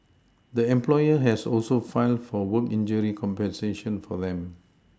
the employer has also filed for work injury compensation for them